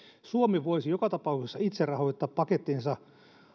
suomi voisi joka tapauksessa itse rahoittaa pakettinsa